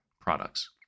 products